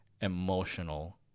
emotional